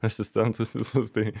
asistentus visus tai